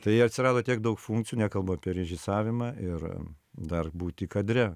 tai atsirado tiek daug funkcijų nekalbu apie režisavimą ir dar būti kadre